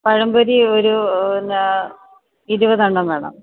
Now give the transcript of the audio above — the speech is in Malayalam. അ പഴംപൊരി ഒരു പിന്നെ ഇരുപത് എണ്ണം വേണം